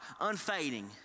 unfading